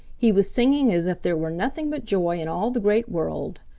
he was singing as if there were nothing but joy in all the great world.